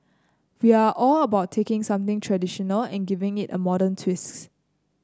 we are all about taking something traditional and giving it a modern twist